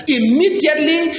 immediately